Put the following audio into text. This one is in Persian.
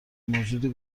موجودی